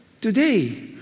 today